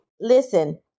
listen